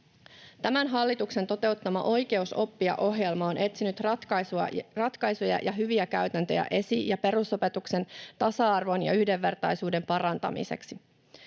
Tämän hallituksen toteuttama Oikeus oppia ‑ohjelma on etsinyt ratkaisuja ja hyviä käytäntöjä esi- ja perusopetuksen tasa-arvon ja yhdenvertaisuuden parantamiseksi.